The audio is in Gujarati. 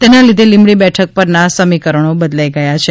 તેના લીઘે લિંબડી બેઠક પરનાં સમિકરણો બદલાઇ ગયાં છે